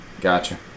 Gotcha